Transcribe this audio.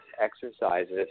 exercises